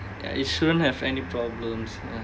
ya it shouldn't have any problems